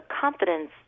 confidence